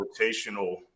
rotational